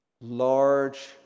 large